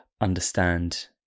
understand